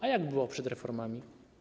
A jak było przed reformami?